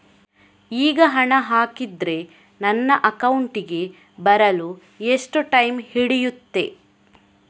ಈಗ ಹಣ ಹಾಕಿದ್ರೆ ನನ್ನ ಅಕೌಂಟಿಗೆ ಬರಲು ಎಷ್ಟು ಟೈಮ್ ಹಿಡಿಯುತ್ತೆ?